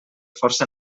força